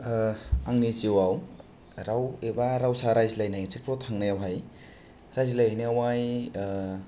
आंनि जिउआव राव एबा रावसा रायज्लायनायफोराव थांनाआवहाय रायज्लायहैनायावहाय